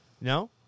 no